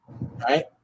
right